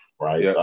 right